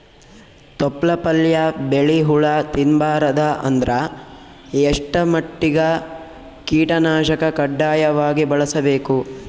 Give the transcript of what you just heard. ತೊಪ್ಲ ಪಲ್ಯ ಬೆಳಿ ಹುಳ ತಿಂಬಾರದ ಅಂದ್ರ ಎಷ್ಟ ಮಟ್ಟಿಗ ಕೀಟನಾಶಕ ಕಡ್ಡಾಯವಾಗಿ ಬಳಸಬೇಕು?